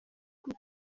bw’u